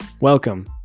Welcome